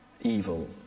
Evil